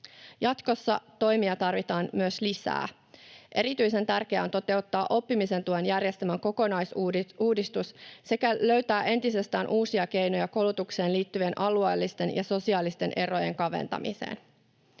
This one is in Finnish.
Jatkossa toimia tarvitaan myös lisää. Erityisen tärkeää on toteuttaa oppimisen tuen järjestelmän kokonaisuusuudistus sekä löytää entisestään uusia keinoja koulutukseen liittyvien alueellisten ja sosiaalisten erojen kaventamiseen.